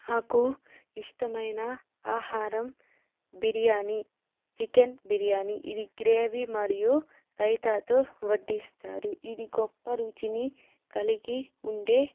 నాకు ఇష్టమైన ఆహారం బిర్యానీ చికెన్ బిర్యానీ ఇది గ్రేవీ మరియు రైతాతో వడ్డిస్తారు ఇది గొప్ప రుచిని కలిగి ఉండే